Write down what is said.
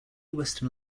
western